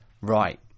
right